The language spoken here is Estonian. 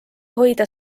hoida